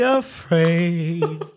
afraid